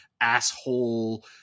asshole